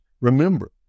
Remember